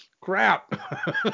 crap